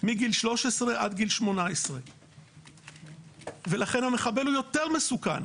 מגיל 13 עד גיל 18. ולכן המחבל הוא יותר מסוכן,